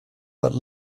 but